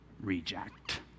reject